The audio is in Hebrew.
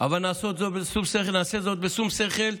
אבל נעשה זאת בשום שכל,